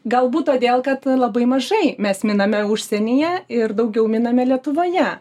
galbūt todėl kad labai mažai mes miname užsienyje ir daugiau miname lietuvoje